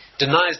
denies